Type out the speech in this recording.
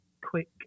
quick